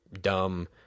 dumb